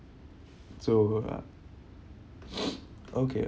so uh okay